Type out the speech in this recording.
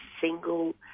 single